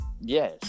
Yes